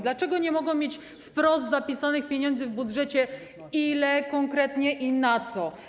Dlaczego nie mogą mieć wprost zapisanych pieniędzy w budżecie: konkretnie ile i na co?